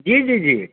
जी जी जी